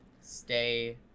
Stay